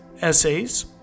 essays